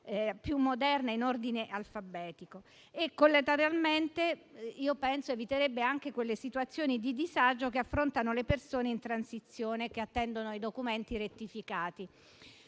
più moderna, in ordine alfabetico, e penso si eviterebbero anche quelle situazioni di disagio che affrontano le persone in transizione e che attendono i documenti rettificati.